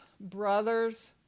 Brothers